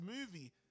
movie